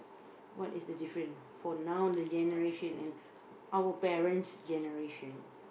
what is the difference for now the generation and our parents generation